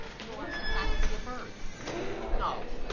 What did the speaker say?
nor exactly a bird no.